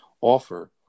offer